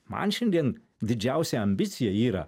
man šiandien didžiausia ambicija yra